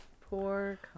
Poor